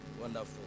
Wonderful